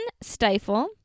stifle